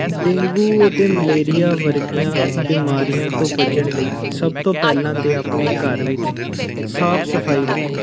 dengue ਅਤੇ malaria ਵਰਗੀਆਂ ਬਿਮਾਰੀਆਂ ਤੋਂ ਬਚਣ ਲਈ ਸਭ ਤੋਂ ਪਹਿਲਾਂ ਤਾਂ ਆਪਣੇ ਘਰ ਵਿੱਚ ਸਾਫ ਸਫਾਈ ਰੱਖੋ